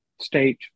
state